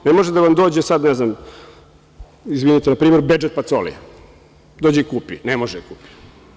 Ne može sada da vam dođe, ne znam, izvinite na primeru, Bedžet Pacoli, dođe i kupi, ne može da kupi.